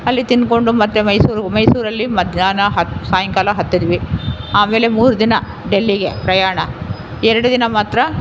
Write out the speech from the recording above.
ಅಲ್ಲಿ ತಿಂದ್ಕೊಂಡು ಮತ್ತೆ ಮೈಸೂರು ಮೈಸೂರಲ್ಲಿ ಮಧ್ಯಾಹ್ನ ಹತ್ತಿ ಸಾಯಂಕಾಲ ಹತ್ತಿದ್ವಿ ಆಮೇಲೆ ಮೂರು ದಿನ ಡೆಲ್ಲಿಗೆ ಪ್ರಯಾಣ ಎರಡು ದಿನ ಮಾತ್ರ